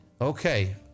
okay